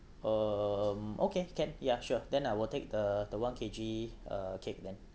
um okay can yeah sure then I will take the the one K_G uh cake then